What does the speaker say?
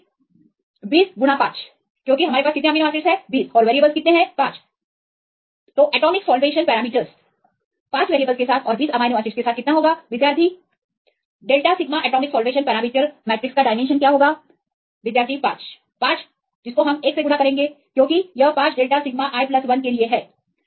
विद्यार्थी 205 205 क्योंकि यहां 20अमीनो एसिडस हैं विद्यार्थी 5 एटॉमिक सॉल्वेशन पैरामीटर्स बराबर यहां 20अमीनो एसिडस और यह 5 के लिए delta sigma atomic solvation parameters matrix का डायमेंशन क्या है विद्यार्थी 5 5 गुना 1 क्योंकि यह 5 डेल्टा सिग्मा i 1 के लिए है